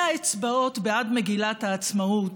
צירפתם לאויבי המדינה על פי ההגדרה שלכם.